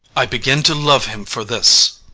i begin to love him for this.